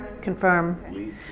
confirm